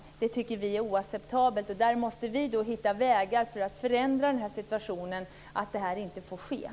Vi tycker att det är oacceptabelt, och man måste finna vägar för att förhindra att sådant sker.